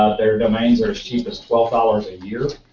ah their domains are as cheap as twelve dollars a year.